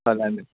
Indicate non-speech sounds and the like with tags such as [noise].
[unintelligible]